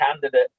candidate